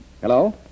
Hello